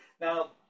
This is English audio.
Now